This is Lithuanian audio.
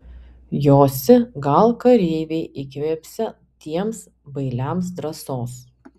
josi gal kareiviai įkvėpsią tiems bailiams drąsos